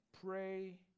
pray